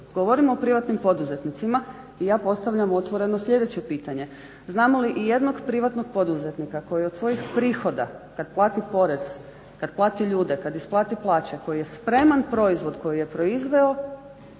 Govorimo o privatnim poduzetnicima i ja postavljam otvoreno sljedeće pitanje. Znamo li ijednog privatnog poduzetnika koji od svojih prihoda kad plati porez, kad plati ljude, kad isplati plaće, koji je spreman proizvod koji je proizveo